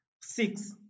Six